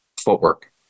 footwork